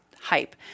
hype